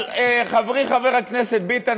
אבל חברי חברי הכנסת ביטן,